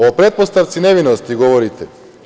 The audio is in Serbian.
O pretpostavci nevinosti govorite.